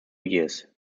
years